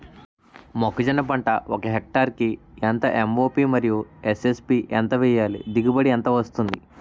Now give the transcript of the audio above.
మొక్కజొన్న పంట ఒక హెక్టార్ కి ఎంత ఎం.ఓ.పి మరియు ఎస్.ఎస్.పి ఎంత వేయాలి? దిగుబడి ఎంత వస్తుంది?